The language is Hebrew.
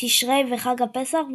תשרי וחג הפסח,